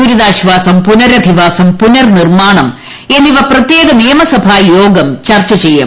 ദുരിതാശ്ചാസം പുനരധിവാസം പുനർനിർമാണം എന്നിവ പ്രത്യേക നിയമസഭായോഗം ചർച്ച ചെയ്യും